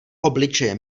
obličeje